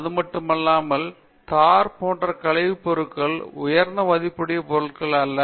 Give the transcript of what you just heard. அது மட்டுமல்லாமல் தார் போன்ற கழிவுப்பொருள் உயர்ந்த மதிப்புடைய பொருட்கள் அல்ல